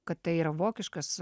kad tai yra vokiškas